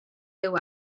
déu